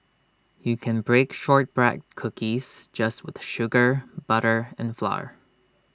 you can bake Shortbread Cookies just with sugar butter and flour